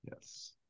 Yes